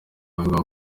avuga